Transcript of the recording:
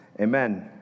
amen